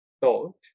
thought